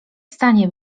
stanie